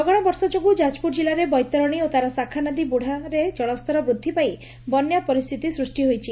ଲଗାଶ ବର୍ଷା ଯୋଗୁଁ ଯାଜପୁର ଜିଲ୍ଲାରେ ବୈତରଶୀ ଓ ତା'ର ଶାଖାନଦୀ ବୁଢ଼ାରେ ଜଳସ୍ତର ବୃଦ୍ଧି ପାଇ ବନ୍ୟା ପରିସ୍ଚିତି ସୂଷ୍ ହୋଇଛି